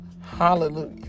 Hallelujah